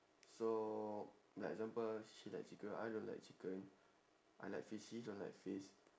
so like example she like chicken I don't like chicken I like fish she don't like fish